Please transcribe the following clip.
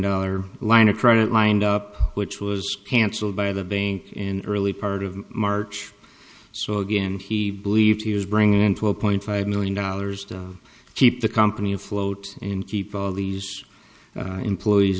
dollar line of credit lined up which was cancelled by the bank in early part of march so again he believed he was bringing in twelve point five million dollars to keep the company afloat and keep all these employees